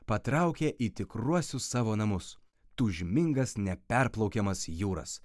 patraukė į tikruosius savo namus tūžmingas neperplaukiamas jūras